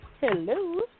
hello